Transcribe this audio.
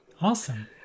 Awesome